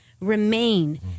Remain